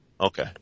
Okay